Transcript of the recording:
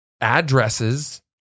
addresses